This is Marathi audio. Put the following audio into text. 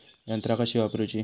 यंत्रा कशी वापरूची?